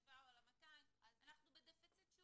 ה-137 או על ה-200, אנחנו בדפיציט שהוא